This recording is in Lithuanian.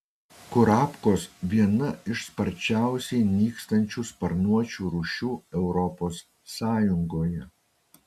kurapkos viena iš sparčiausiai nykstančių sparnuočių rūšių europos sąjungoje